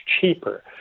cheaper